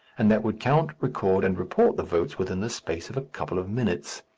and that would count, record, and report the votes within the space of a couple of minutes.